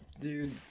dude